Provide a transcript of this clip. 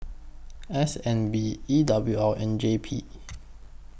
S N B E W O and J P